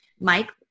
Mike